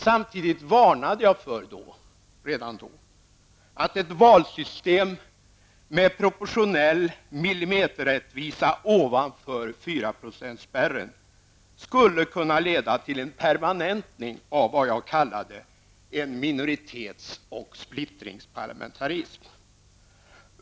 Samtidigt varnade jag redan då för att ett valsystem med proportionell millimeterrättvisa ovanför fyraprocentsspärren skulle kunna leda till en permanentning av vad jag kallade en minoritetsoch splittringsparlamentarism.